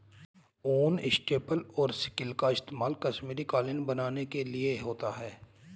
ऊन, स्टेपल और सिल्क का इस्तेमाल कश्मीरी कालीन बनाने के लिए होता है